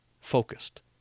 focused